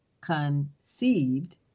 conceived